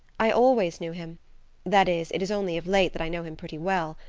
i always knew him that is, it is only of late that i know him pretty well.